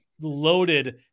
loaded